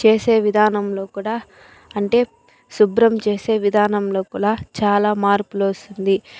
చేసే విధానంలో కూడా అంటే శుభ్రం చేసే విధానంలో కూడా చాలా మార్పులు వస్తుంది